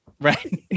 Right